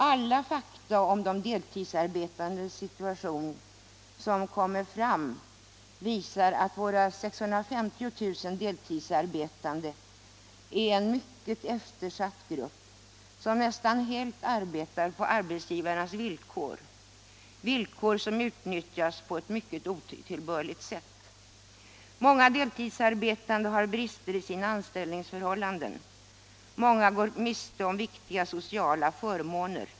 Alla fakta om de deltidsarbetandes situation som kommer fram visar att våra 650 000 deltidsarbetande är en mycket eftersatt grupp, som nästan helt arbetar på arbetsgivarnas villkor — villkor som utnyttjas på ett mycket otillbörligt sätt. Många deltidsarbetande har brister i sina anställningsförhållanden. Många går miste om viktiga sociala förmåner.